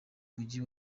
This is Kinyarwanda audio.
mujyi